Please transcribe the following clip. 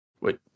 Wait